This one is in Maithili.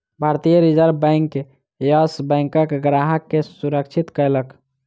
भारतीय रिज़र्व बैंक, येस बैंकक ग्राहक के सुरक्षित कयलक